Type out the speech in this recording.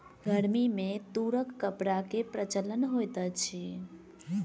गर्मी में तूरक कपड़ा के प्रचलन होइत अछि